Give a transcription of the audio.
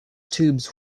tubes